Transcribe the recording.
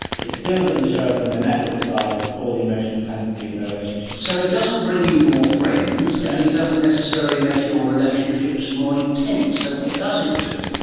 it still didn't show up in the network size or the emotional intensity of their relationships. so it doesn't bring you more friends and it doesn't necessarily make your relationships more intense. so what does it do?